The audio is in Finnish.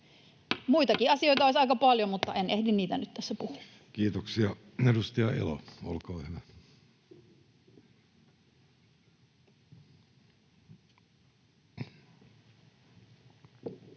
Muitakin asioita olisi aika paljon, mutta en ehdi niitä nyt tässä puhua. Kiitoksia. — Edustaja Elo, olkaa hyvä. Arvoisa